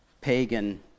pagan